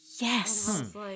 Yes